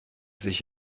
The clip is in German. sich